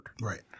Right